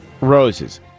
roses